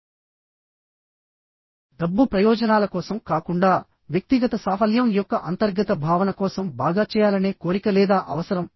డబ్బు ప్రయోజనాల కోసం కాకుండా వ్యక్తిగత సాఫల్యం యొక్క అంతర్గత భావన కోసం బాగా చేయాలనే కోరిక లేదా అవసరం